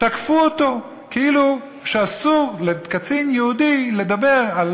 תקפו אותו כאילו אסור לקצין יהודי לדבר על